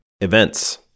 Events